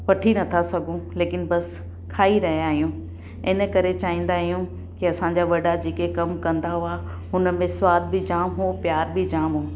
वठी नथा सघूं लेकिन बसि खाईं रहिया आहियूं इन करे चाहींदा आहियूं की असांजा वॾा जेके कम कंदा हुआ हुनमें जामु उहो प्यार बि जामु हो